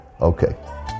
Okay